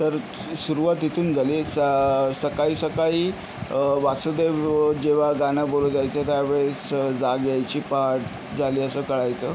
तर सुरुवात इथून झाली चा सकाळी सकाळी वासुदेव जेव्हा गाणं बोलत जायचे त्या वेळेस जाग यायची पहाट झाल्याचं कळायचं